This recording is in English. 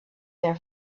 their